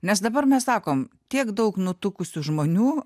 nes dabar mes sakom tiek daug nutukusių žmonių